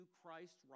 christ